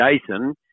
Jason